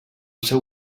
seu